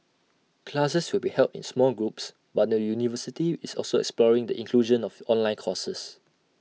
classes will be held in small groups but the university is also exploring the inclusion of online courses